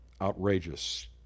outrageous